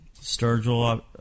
Sturgill